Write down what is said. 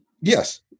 yes